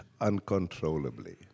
uncontrollably